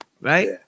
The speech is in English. right